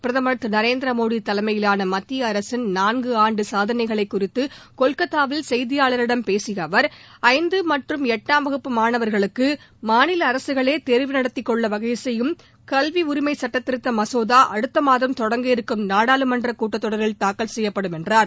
பிரதமர் திரு நரேந்திர மோடி தலைமயிலான மத்திய அரசின் நான்கு ஆண்டு சாதனைகள் குறித்து கொல்கத்தாவில் செய்தியாளர்களிடம் பேசிய அவர் ஐந்து மற்றும் எட்டாம் வகுப்பு மாணவர்களுக்கு மாநில அரசுகளே தேர்வு நடத்திக் கொள்ள வகை செய்யும் கல்வி உரிமை சட்டத்திருத்த மசோதா அடுத்த மாதம் தொடங்க இருக்கும் நாடாளுமன்றக் கூட்டத் தொடரில் தாக்கல் செய்யப்படும் என்றார்